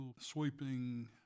sweeping